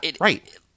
right